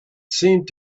seemed